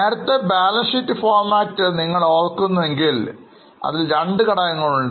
നേരത്തെ balance sheet format നിങ്ങൾ ഓർക്കുന്നു എങ്കിൽ അതിൽ രണ്ട് ഘടകങ്ങളുണ്ട്